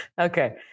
Okay